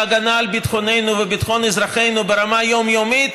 בהגנה על ביטחוננו וביטחון אזרחינו ברמה היומיומית,